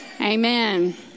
Amen